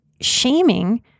shaming